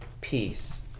peace